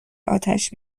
اتش